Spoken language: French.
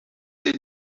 ses